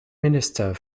minister